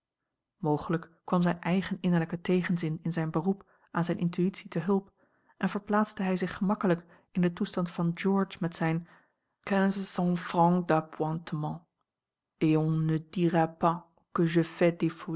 mogelijk kwam zijn eigen innerlijke tegenzin in zijn beroep aan zijne intuïtie te hulp en verplaatste hij zich gemakkelijk in den toestand van george met zijn